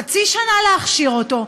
חצי שנה להכשיר אותו,